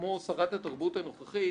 כמו שרת התרבות הנוכחית